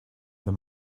have